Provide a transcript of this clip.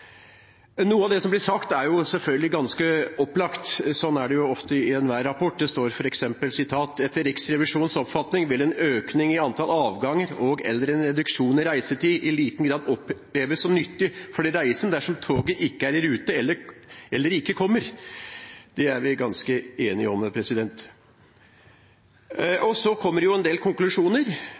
Noe av det som blir sagt, er selvfølgelig ganske opplagt, som det ofte er i enhver rapport. Det står f.eks.: «Etter Riksrevisjonens oppfatning vil en økning i antall avganger og/eller en reduksjon i reisetid i liten grad oppleves som nyttig for de reisende dersom toget ikke er i rute eller ikke kommer.» Det er vi ganske enige om. Så kommer det en del konklusjoner